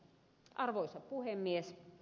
arvoisa puhemies